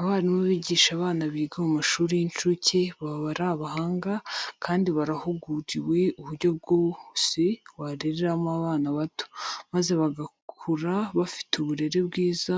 Abarimu bigisha abana biga mu mashuri y'incuke baba ari abahanga kandi barahuguriwe uburyo bwose wareramo abana bato, maze bagakura bafite uburere bwiza